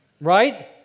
Right